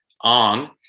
on